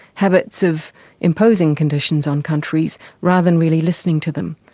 habits of imposing conditions on countries, rather than really listening to them.